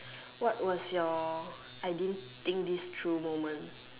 what was your I didn't think this through moment